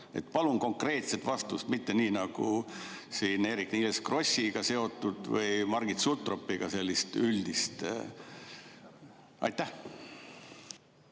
palun konkreetset vastust, mitte nii nagu siin Eerik-Niiles Krossiga seotult või Margit Sutropiga sellist üldist. Aitäh,